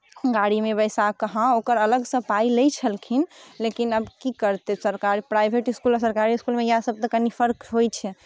गाड़ीमे बैसा कऽ हँ ओकर अलगसँ पाइ लैत छलखिन लेकिन आब की करतै सरकार प्राइभेट इस्कुल आओर सरकारी इस्कुलमे इएहसभ तऽ कनि फर्क होइत छै